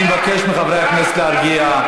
אני מבקש מחברי הכנסת להרגיע.